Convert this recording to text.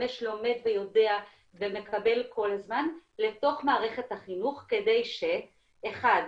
לומד ויודע ומקבל כל הזמן לתוך מערכת החינוך כדי ש-1.